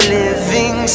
living